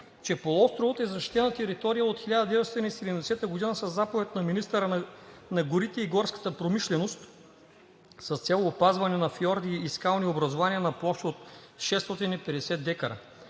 че полуостровът е защитена територия от 1970 г. със заповед на министъра на горите и горската промишленост с цел опазване на фиорди и скални образувания на площ от 650 декара.